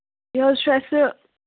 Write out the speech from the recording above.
یہِ حظ چھُ اَسہِ